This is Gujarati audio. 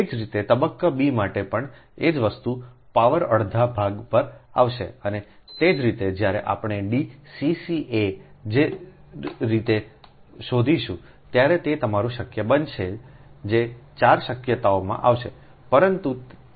એ જ રીતે તબક્કા બી માટે પણ તે જ વસ્તુ પાવર અડધા ભાગ પર આવશે અને તે જ રીતે જ્યારે આપણે D સી સી એ જ રીતે શોધીશું ત્યારે તે તમારું શક્ય બનશે જે 4 શક્યતાઓમાં આવશે પરંતુ તે આર બનશે